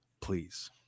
please